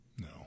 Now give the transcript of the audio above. No